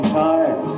time